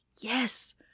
Yes